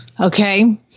okay